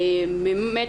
באמת,